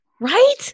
Right